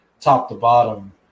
top-to-bottom